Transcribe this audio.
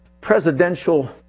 presidential